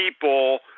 people